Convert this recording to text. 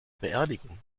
beerdigung